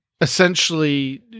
essentially